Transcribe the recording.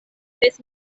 ses